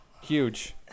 huge